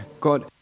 God